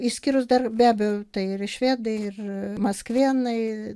išskyrus dar be abejo tai ir švedai ir maskvėnai